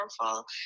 powerful